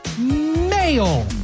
Mail